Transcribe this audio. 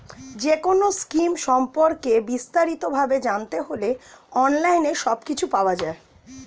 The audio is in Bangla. যেকোনো স্কিম সম্পর্কে বিস্তারিত ভাবে জানতে হলে অনলাইনে সবকিছু পাওয়া যায়